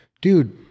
dude